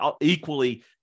equally